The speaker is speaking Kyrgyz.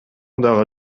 дагы